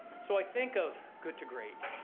so i think of good to great,